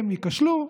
הם ייכשלו,